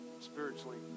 spiritually